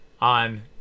On